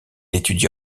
étudia